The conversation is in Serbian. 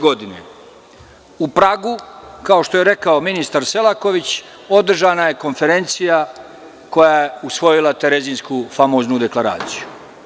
Godine 2009. u Pragu, kao što je rekao ministar Selaković, održana je konferencija koja je usvojila Terezinsku famoznu deklaraciju.